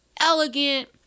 elegant